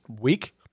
week